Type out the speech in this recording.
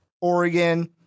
Oregon